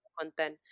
content